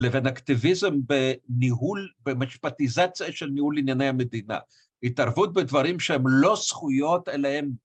לבין אקטיביזם בניהול, במשפטיזציה של ניהול ענייני המדינה. התערבות בדברים שהם לא זכויות אלא הם...